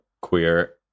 queer